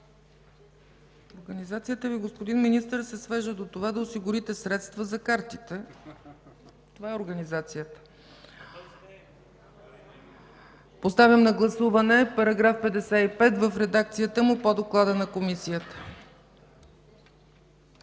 Организацията Ви, господин Министър, се свежда до това да осигурите средства за картите. Това е организацията. (Шум и реплики.) Поставям на гласуване § 55 в редакцията му по доклада на Комисията.